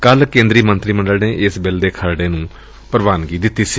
ਕੱਲੂ ਕੇ ਂਦਰੀ ਮੰਤਰੀ ਮੰਡਲ ਨੇ ਇਸ ਬਿੱਲ ਦੇ ਖਰੜੇ ਨੂੰ ਪ੍ਵਾਨਗੀ ਦੇ ਦਿੱਤੀ ਏ